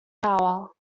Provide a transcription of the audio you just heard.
power